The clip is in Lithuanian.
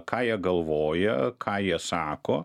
ką jie galvoja ką jie sako